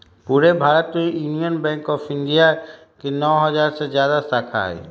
पूरे भारत में union bank of India के नौ हजार से जादा शाखा हई